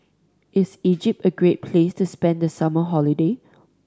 is Egypt a great place to spend the summer holiday